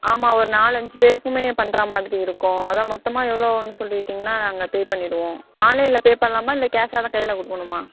ஆமாம் ஒரு நாலஞ்சு பேருக்குமே பண்ணுற மாதிரியிருக்கும் அதுதான் மொத்தமாக எவ்வளோவாவுன்னு சொல்லிவிட்டிங்கன்னா நாங்கள் பே பண்ணிவிடுவோம் ஆன்லைனில் பே பண்ணலாமா இல்லை கேஷாகதான் கையில் கொடுக்கணுமா